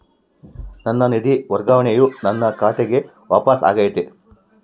ನನ್ನ ನಿಧಿ ವರ್ಗಾವಣೆಯು ನನ್ನ ಖಾತೆಗೆ ವಾಪಸ್ ಆಗೈತಿ